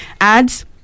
adds